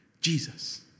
Jesus